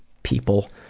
people